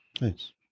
Nice